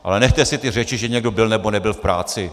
Ale nechte si ty řeči, že někdo byl, nebo nebyl v práci!